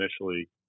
initially